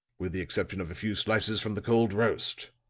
with the exception of a few slices from the cold roast